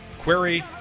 query